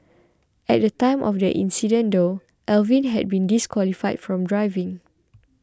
at the time of the incident though Alvin had been disqualified from driving